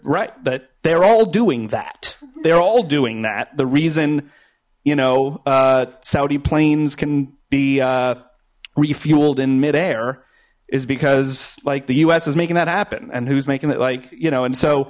right that they're all doing that they're all doing that the reason you know saudi planes can be refueled in midair is because like the u s is making that happen and who's making it like you know and so